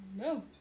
No